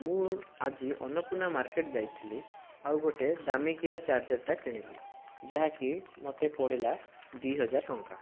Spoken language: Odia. ମୁଁ ଆଜି ଅନ୍ନପୂର୍ଣ୍ଣା ମାର୍କେଟ ଯାଇଥିଲି ଆଉ ଗୋଟିଏ ଦାମିକିଆ ଚାର୍ଜରଟା କିଣିଲି ଯାହାକି ମୋତେ ପଡ଼ିଲା ଦୁଇ ହଜାର ଟଙ୍କା